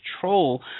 control